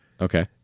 Okay